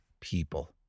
people